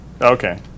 Okay